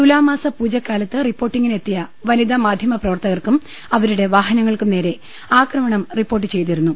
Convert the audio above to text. തുലാമാസ പൂജക്കാലത്ത് റിപ്പോർട്ടിംഗിന് എത്തിയ വനിതാ മാധ്യമ പ്രവർത്തകർക്കും അവരുടെ വാഹനങ്ങൾക്കും നേരെ ആക്രമണം റിപ്പോർട്ട് ചെയ്തിരുന്നു